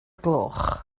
gloch